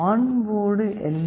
on board L